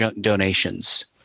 donations